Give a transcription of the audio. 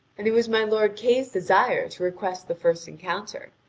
and it was my lord kay's desire to request the first encounter.